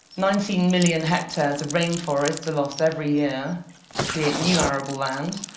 nineteen million hectares of rainforest are lost every year to create new arable land.